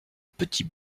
petit